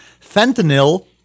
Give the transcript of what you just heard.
Fentanyl